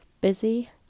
Busy